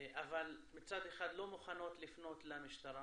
אבל מצד אחד לא מוכנות לפנות למשטרה